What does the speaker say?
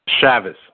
Chavez